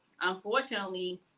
unfortunately